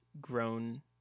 grown